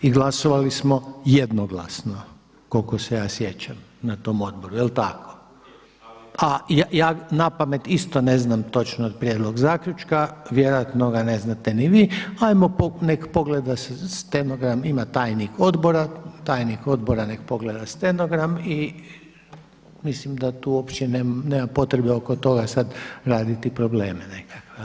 I glasovali smo jednoglasno koliko se ja sjećam na tom odboru, je li tako? … [[Upadica se ne čuje.]] A ja na pamet isto ne znam točno prijedlog zaključka, vjerojatno ga ne znate ni vi, 'ajmo neka pogleda se stenogram ima tajnik odbora, tajnik odbora neka pogleda stenogram i mislim da tu uopće nema potrebe oko toga raditi probleme nekakve.